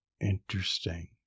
Interesting